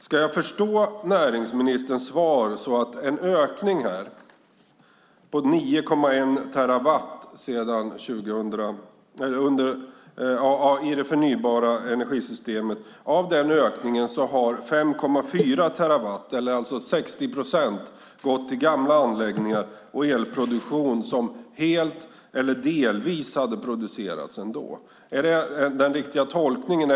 Ska jag förstå näringsministerns svar som att av ökningen på 9,1 terawattimmar i det förnybara energisystemet har 5,4 terawattimmar, alltså 60 procent, gått till gamla anläggningar och elproduktion som helt eller delvis hade producerats ändå? Är det den riktiga tolkningen?